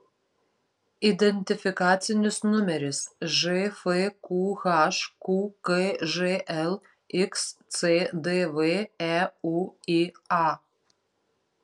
identifikacinis numeris žfqh qkžl xcdv euia